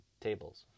tables